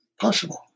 possible